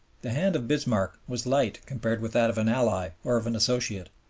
the hand of bismarck was light compared with that of an ally or of an associate.